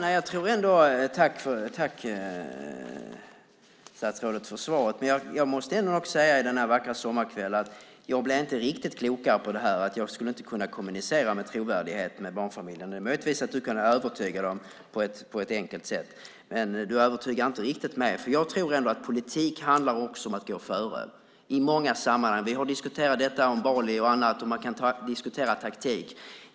Fru talman! Tack, statsrådet, för svaret! Men jag måste ändock säga i denna vackra sommarkväll att jag inte blir riktigt klok på det här att jag inte skulle kunna kommunicera med barnfamiljen med trovärdighet. Det är möjligt att du skulle kunna övertyga dem på ett enkelt sätt, men du övertygar inte mig. Jag tror att politik handlar om att gå före i många sammanhang. Vi har diskuterat Bali och annat, och man kan diskutera taktik.